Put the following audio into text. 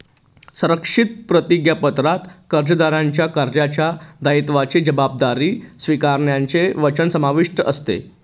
संरक्षित प्रतिज्ञापत्रात कर्जदाराच्या कर्जाच्या दायित्वाची जबाबदारी स्वीकारण्याचे वचन समाविष्ट असते